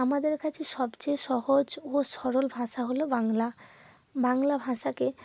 আমাদের কাছে সবচেয়ে সহজ ও সরল ভাষা হলো বাংলা বাংলা ভাষাকে